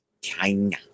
China